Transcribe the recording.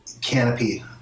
canopy